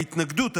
ההתנגדות,